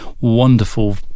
wonderful